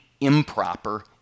improper